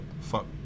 Fuck